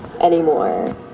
anymore